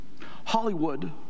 Hollywood